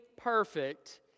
perfect